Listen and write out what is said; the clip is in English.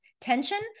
tension